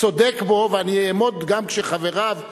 צודק בו, ואני אעמוד גם כשחבריו ידברו.